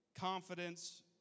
confidence